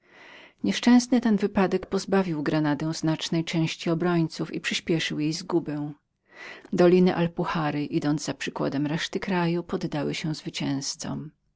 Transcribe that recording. nieszczęsny ten wypadek pozbawił grenadę znacznej części jej obrońców i przyśpieszył zagubę doliny alpuhary idąc za przykładem reszty kraju poddały się zwycięzcom